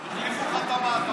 אורבך, החליפו לך את המעטפות?